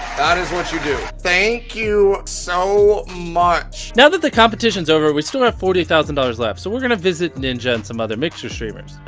that is what you do. thank you so much. now that the competition is over, we still had forty thousand dollars left. so we're gonna visit ninja and some other mixer streamers.